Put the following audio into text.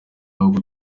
ahubwo